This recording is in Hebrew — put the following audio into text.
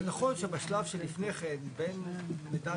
זה נכון שבשלב שלפני כן, בין מידע